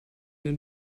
den